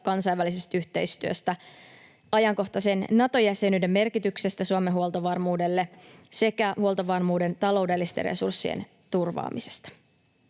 kansainvälisestä yhteistyöstä, ajankohtaisen Nato-jäsenyyden merkityksestä Suomen huoltovarmuudelle sekä huoltovarmuuden taloudellisten resurssien turvaamisesta.